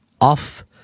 off